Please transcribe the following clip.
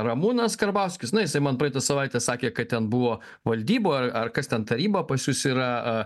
ramūnas karbauskis na jisai man praeitą savaitę sakė kad ten buvo valdyboj ar kas ten taryba pas jus yra